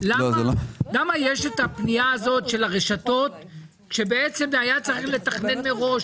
למה יש את הפנייה הזאת של הרשתות כשבעצם היה צריך לתכנן מראש